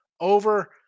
Over